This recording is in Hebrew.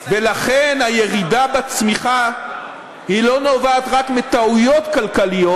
ולכן, הירידה בצמיחה לא נובעת רק מטעויות כלכליות,